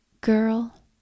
girl